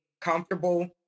comfortable